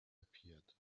appeared